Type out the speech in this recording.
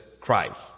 Christ